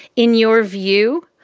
in your view,